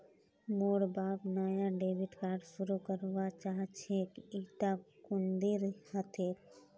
मोर बाप नाया डेबिट कार्ड शुरू करवा चाहछेक इटा कुंदीर हतेक